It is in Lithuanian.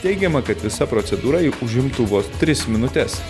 teigiama kad visa procedūra užimtų vos tris minutes